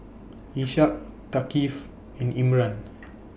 Ishak Thaqif and Imran